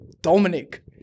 Dominic